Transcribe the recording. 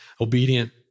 obedient